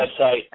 website